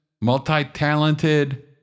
multi-talented